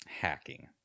hacking